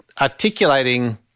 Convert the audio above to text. articulating